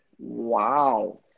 Wow